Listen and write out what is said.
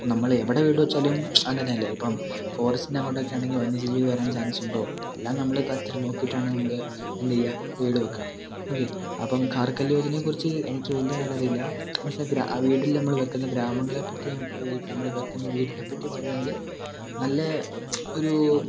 ഇപ്പോൾ നമ്മൾ എവിടെ വീട് വെച്ചാലും അങ്ങനെ അല്ലേ ഇപ്പോൾ ഫോറസ്റ്റിൻ്റെ അങ്ങോട്ട് ഒക്കെ ആണെങ്കിൽ വന്യജിവി വരാൻ ചാൻസ് ഉണ്ടോ എല്ലാം നമ്മൾ ആ കാര്യത്തിൽ നോക്കിയിട്ടാണ് നമ്മൾ എന്ത് ചെയ്യുക വീട് വയ്ക്കുക ഓക്കെ അപ്പം ഘർകൽ യോജനയെ കുറിച്ച് എനിക്ക് വലിയതായിട്ട് അറിയില്ല ആ വീട്ടിൽ നമ്മൾ വയ്ക്കുന്ന ഗ്രാമങ്ങളെ പറ്റി ഞാൻ നമ്മൾ വയ്ക്കുന്ന വീടിനെ പറ്റി പറയുവാണെങ്കിൽ നല്ല ഒരു